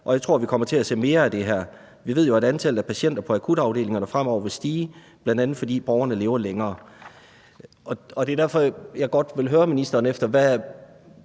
og jeg tror, vi kommer til at se mere af det her. Vi ved jo, at antallet af patienter på akutafdelingerne fremover vil stige, bl.a. fordi borgerne lever længere. Det er derfor, jeg godt vil høre ministeren om, hvilke